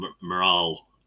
morale